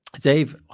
Dave